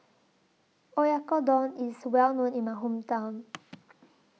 Oyakodon IS Well known in My Hometown